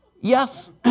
yes